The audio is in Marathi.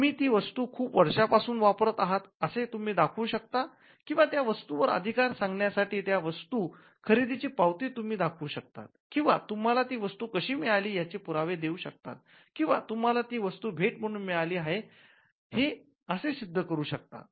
तुम्ही ती वस्तू खूप वर्षांपासून वापरत आहात असे तुम्ही दाखवू शकतात किंवा त्या वस्तूवर अधिकार सांगण्यासाठी त्या वस्तू खरेदीची पावती तुम्ही दाखवू शकतात किंवा तुम्हाला ती वस्तु कशी मिळाली ह्याचे पुरावे देऊ शकतात किंवा तुम्हाला ती वस्तू भेट म्हणून मिळालेली आहे हे असे सिद्ध करू शकतात